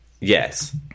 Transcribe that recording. yes